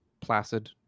Placid